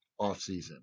offseason